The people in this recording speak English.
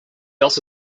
also